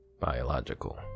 Biological